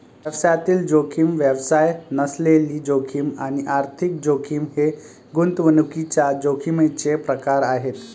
व्यवसायातील जोखीम, व्यवसाय नसलेली जोखीम आणि आर्थिक जोखीम हे गुंतवणुकीच्या जोखमीचे प्रकार आहेत